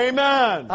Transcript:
Amen